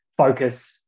focus